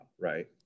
right